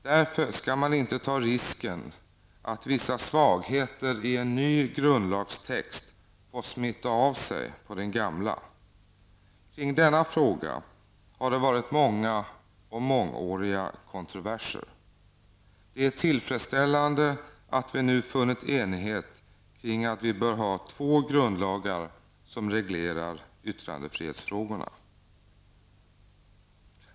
Därför skall man inte ta risken att vissa svagheter i en ny grundlagstext får smitta av sig på den gamla. Kring denna fråga har det varit många och mångåriga kontroverser. Det är tillfredsställande att vi nu funnit enighet kring att vi bör ha två grundlagar som reglerar yttrandefrihetsfrågorna.